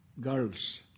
girls